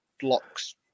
blocks